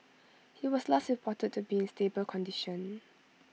he was last reported to be in stable condition